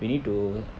we need to